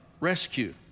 rescue